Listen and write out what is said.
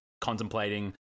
contemplating